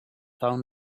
found